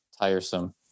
tiresome